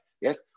Yes